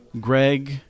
Greg